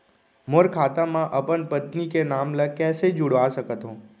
मोर खाता म अपन पत्नी के नाम ल कैसे जुड़वा सकत हो?